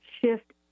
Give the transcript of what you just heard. shift